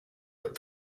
but